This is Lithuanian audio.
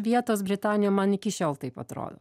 vietos britanija man iki šiol taip atrodo